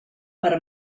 per